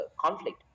conflict